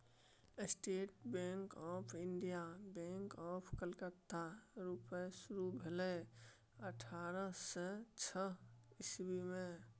state Bank of India, Bank of Calcutta रुपे शुरु भेलै अठारह सय छअ इस्बी मे